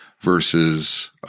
versus –